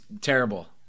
terrible